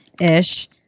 ish